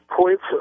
Points